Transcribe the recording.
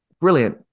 Brilliant